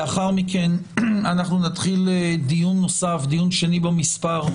לאחר מכן אנחנו נתחיל דיון נוסף, דיון שני במספר,